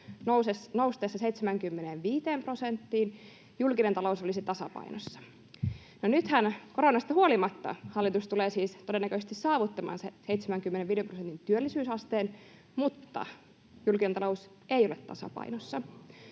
noustessa 75 prosenttiin julkinen talous olisi tasapainossa. No nythän, koronasta huolimatta, hallitus tulee siis todennäköisesti saavuttamaan sen 75 prosentin työllisyysasteen, mutta julkinen talous ei ole tasapainossa,